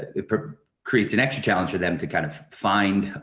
it creates an extra challenge for them to kind of find,